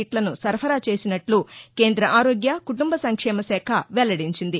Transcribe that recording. కిట్లను సరఫరా చేసినట్లు కేంద్ర ఆరోగ్య కుటుంబ సంక్షేమ శాఖ వెల్లడించింది